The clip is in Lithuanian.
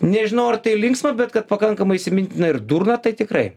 nežinau ar tai linksma bet kad pakankamai įsimintina ir durna tai tikrai